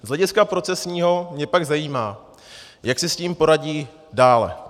Z hlediska procesního mě pak zajímá, jak si s tím poradí dále.